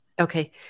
Okay